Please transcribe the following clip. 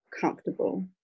comfortable